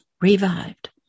revived